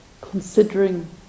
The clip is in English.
considering